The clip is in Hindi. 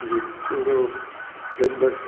जी वो तो